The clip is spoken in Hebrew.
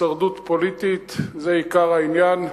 הישרדות פוליטית זה עיקר העניין.